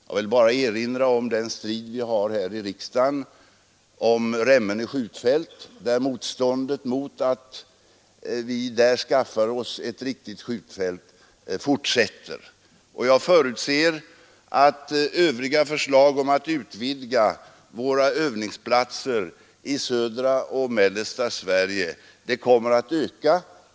Jag vill bara erinra om den strid vi har här i riksdagen om Remmene skjutfält; motståndet mot att vi där skaffar oss ett riktigt skjutfält fortsätter. Jag förutser att svårigheterna att utvidga våra övningsplatser i södra och mellersta Sverige kommer att öka.